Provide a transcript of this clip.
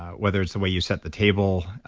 whether it's the way you set the table.